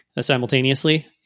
simultaneously